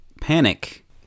panic